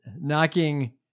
Knocking